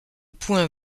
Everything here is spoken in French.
point